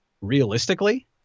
realistically